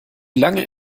lange